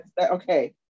Okay